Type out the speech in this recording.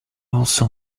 also